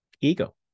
Ego